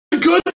good